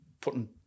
putting